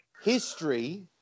History